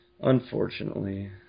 Unfortunately